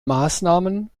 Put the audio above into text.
maßnahmen